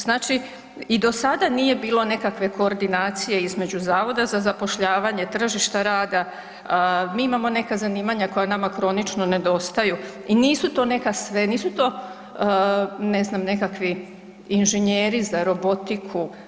Znači i do sada nije bilo nekakve koordinacije između Zavoda za zapošljavanje, tržišta rada, mi imamo neka zanimanja koja nama kronično nedostaju i nisu to neka, nisu to ne znam nekakvi inženjeri za robotiku.